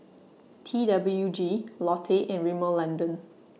T W G Lotte and Rimmel London